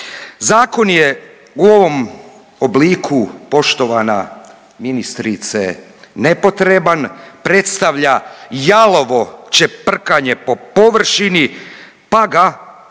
Zakon je u ovom obliku poštovana ministrice nepotreban, predstavlja jalovo čeprkanje po površini pa ga poštovana